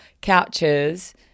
couches